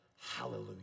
Hallelujah